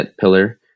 pillar